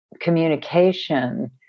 communication